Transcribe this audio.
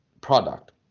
product